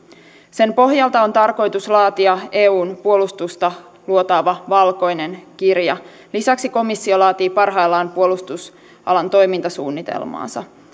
sen pohjalta on tarkoitus laatia eun puolustusta luotaava valkoinen kirja lisäksi komissio laatii parhaillaan puolustusalan toimintasuunnitelmaansa